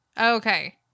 Okay